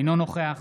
אינו נוכח